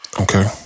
Okay